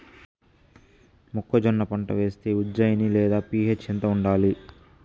మొక్కజొన్న పంట వేస్తే ఉజ్జయని లేదా పి.హెచ్ ఎంత ఉండాలి?